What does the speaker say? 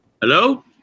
Hello